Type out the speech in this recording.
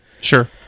Sure